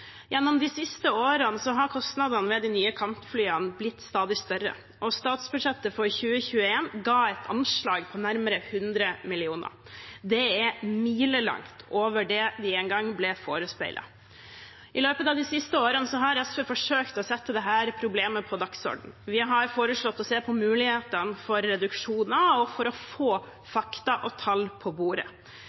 Gjennom de siste årene har kostnadene ved de nye kampflyene blitt stadig større, og statsbudsjettet for 2021 ga et anslag på nærmere 100 mill. kr. Det er milelangt over det vi en gang ble forespeilet. I løpet av de siste årene har SV forsøkt å sette dette problemet på dagsordenen. Vi har foreslått å se på mulighetene for reduksjoner og for å få fakta og tall på bordet.